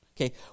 Okay